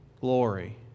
glory